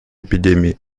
эпидемии